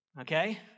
okay